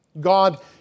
God